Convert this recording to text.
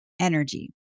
energy